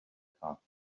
can’t